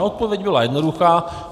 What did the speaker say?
Odpověď byla jednoduchá: